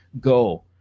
go